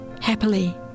happily